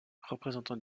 représentant